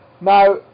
now